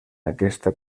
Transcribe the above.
aquesta